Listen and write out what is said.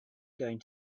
going